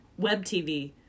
WebTV